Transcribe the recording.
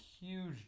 huge